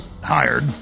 hired